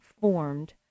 formed